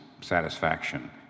satisfaction